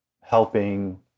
helping